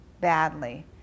badly